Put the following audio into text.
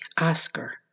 Oscar